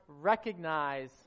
recognize